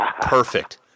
perfect